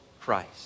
Christ